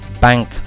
bank